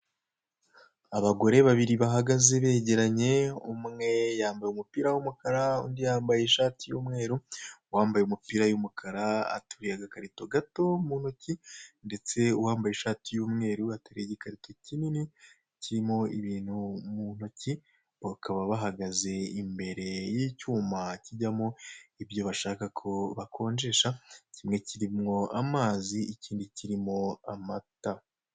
Abagore babiri bahagaze begeranye umwe yambaye umupira w'umukara undi yambaye ishati y'umweru, uwambaye umupira y'umukara ateruye agakarito gato mu ntoki, ndetse uwambaye ishati y'umweru ateruye igikarito kinini kirimo ibintu mu ntoki, bakaba bahagaze imbere y'icyuma kijyamo ibyo bashaka ko bakonjesha, kimwe kirimo amazi ikindi kirimo amata.